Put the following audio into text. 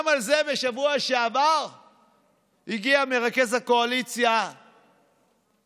גם על זה בשבוע שעבר הגיע מרכז הקואליציה בכנסת,